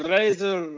Razor